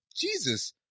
Jesus